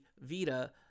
Vita